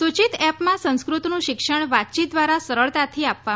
સૂચિત એપમાં સંસ્કૃતનું શિક્ષણ વાતચીત દ્વારા સરળતાથી આપવામાં આવશે